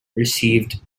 received